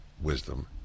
wisdom